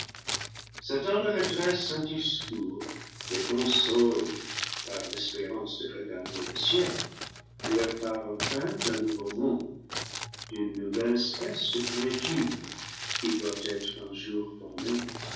leur adresse un discours les console par l'espérance de regagner le ciel il leur parle enfin d'un nouveau monde d'une nouvelle espèce de créatures qui doivent être un jour formées